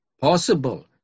possible